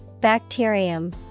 Bacterium